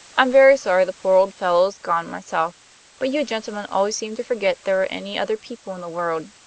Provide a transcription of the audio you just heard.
i'm very sorry the poor old fellow's gone myself but you gentlemen always seem to forget there are any other people in the world.